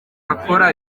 akora